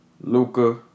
Luca